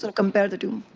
so compare the two.